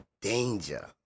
Danger